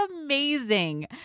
amazing